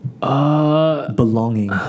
Belonging